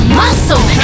muscle